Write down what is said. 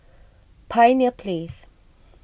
Pioneer Place